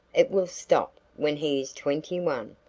it will stop when he is twenty one.